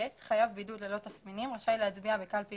חייב בידוד ללא תסמינים ראי להצביע בקלפי